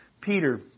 Peter